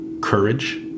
courage